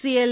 C L